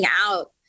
out